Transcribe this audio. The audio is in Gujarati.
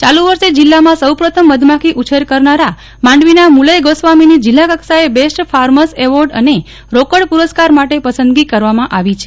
ચાલુ વર્ષે જિલ્લામાં સૌપ્રથમ મધમાખી ઉછેર કરનારા માંડવીના મૂલય ગોસ્વામીની જિલ્લા કક્ષાએ બેસ્ટ ફાર્મસ એવોર્ડ અને રોકડ પુરસ્કાર માટે પસંદગી કરવામાં આવી છે